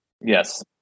Yes